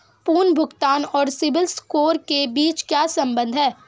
पुनर्भुगतान और सिबिल स्कोर के बीच क्या संबंध है?